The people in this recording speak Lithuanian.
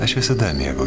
aš visada mėgau